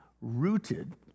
rooted